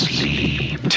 Sleep